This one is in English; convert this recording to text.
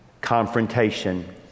confrontation